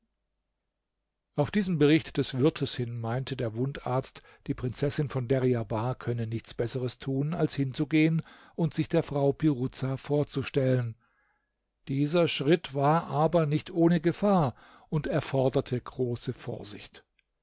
auf diesen bericht des wirtes hin meinte der wundarzt die prinzessin von deryabar könne nichts besseres tun als hinzugehen und sich der frau piruza vorzustellen dieser schritt war aber nicht ohne gefahr und erforderte große vorsicht